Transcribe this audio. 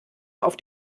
auf